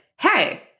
hey